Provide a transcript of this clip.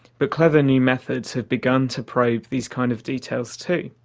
but clever new methods have begun to probe these kinds of details too.